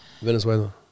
Venezuela